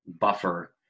buffer